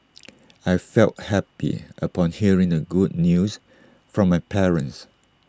I felt happy upon hearing the good news from my parents